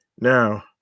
Now